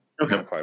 Okay